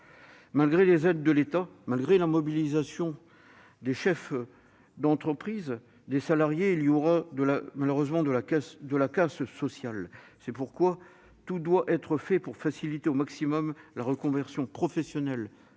Malgré les aides de l'État, malgré la mobilisation des chefs d'entreprise, des salariés, il y aura malheureusement de la casse sociale. C'est pourquoi tout doit être fait pour faciliter au maximum la reconversion professionnelle